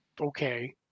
okay